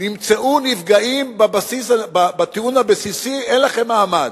נמצאו נפגעים בטיעון הבסיסי: אין לכם מעמד.